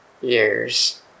years